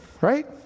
right